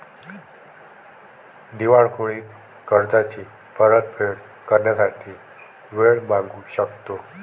दिवाळखोरीत कर्जाची परतफेड करण्यासाठी वेळ मागू शकतो